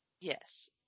Yes